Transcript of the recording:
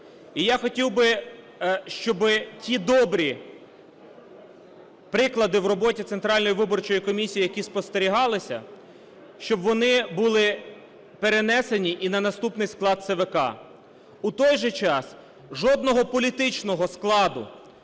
І я хотів би, щоб ті добрі приклади в роботі Центральної виборчої комісії, які спостерігались, щоб вони були перенесені і на наступний склад ЦВК. В той же час жодного політичного складу